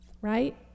Right